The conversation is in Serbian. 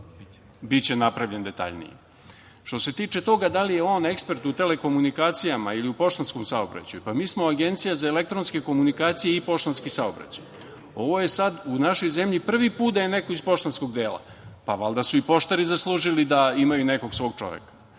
biće detaljniji. Što se tiče tog da li je on ekspert u telekomunikacijama, ili poštanskom saobraćaju, mi smo agencija za elektronske komunikacije i poštanski saobraćaj. Ovo je sada u našoj zemlji prvi put da je neko iz poštanskog dela. Valjda su i poštari zaslužili da imaju nekog svog čoveka. Inače,